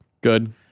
Good